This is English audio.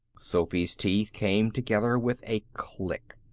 sophy's teeth came together with a click.